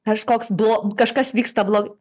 kažkoks blo kažkas vyksta blo